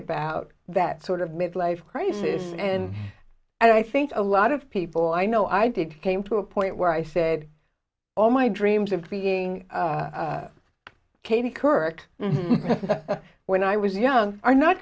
about that sort of midlife crisis and i think a lot of people i know i did came to a point where i said all my dreams of being katie kirk when i was young are not